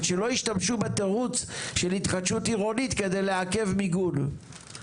אבל שלא ישתמשו בתירוץ של התחדשות עירונית כדי לעכב מיגון,